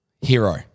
hero